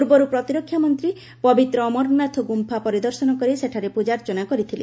ପୂର୍ବରୁ ପ୍ରତିରକ୍ଷା ମନ୍ତ୍ରୀ ପବିତ୍ର ଅମରନାଥ ଗୁମ୍ଫା ପରିଦର୍ଶନ କରି ସେଠାରେ ପୂଜାର୍ଚ୍ଚନା କରିଥିଲେ